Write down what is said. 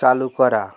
চালু করা